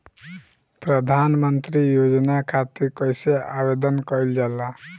प्रधानमंत्री योजना खातिर कइसे आवेदन कइल जाला?